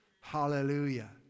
Hallelujah